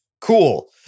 Cool